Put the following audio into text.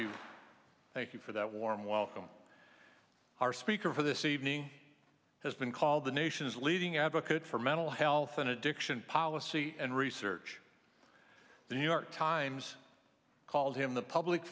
you thank you for that warm welcome our speaker for this evening has been called the nation's leading advocate for mental health and addiction policy and research the new york times called him the public